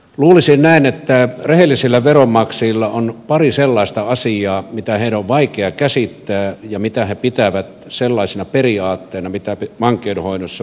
luulisin näin että rehellisillä veronmaksajilla on pari sellaista asiaa mitä heidän on vaikea käsittää ja mitä he pitävät sellaisina periaatteina mitä vankeinhoidossa pitäisi hoitaa